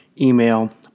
email